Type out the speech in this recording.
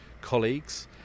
colleagues